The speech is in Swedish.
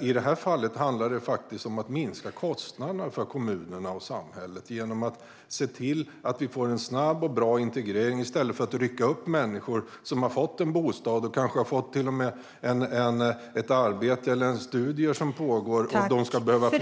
i det här fallet handlar det om att minska kostnaderna för kommunerna och samhället genom att se till att det blir en snabb och bra integrering i stället för att rycka upp människor som har fått en bostad och som kanske har fått ett arbete eller studerar.